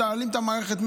מייעלים את המערכת,